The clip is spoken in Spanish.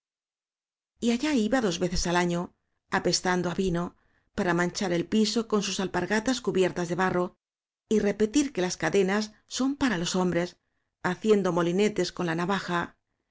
allá iba dos veces al año apestando á vino para manchar el piso con sus alpargatas cubiertas de barro y repetir que las cadenas son para los hombres haciendo molinetes con la navaja